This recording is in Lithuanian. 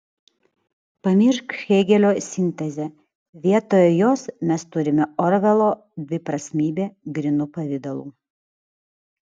pamiršk hėgelio sintezę vietoje jos mes turime orvelo dviprasmybę grynu pavidalu